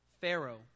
Pharaoh